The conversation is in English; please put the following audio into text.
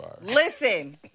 Listen